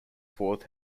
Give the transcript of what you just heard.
fourth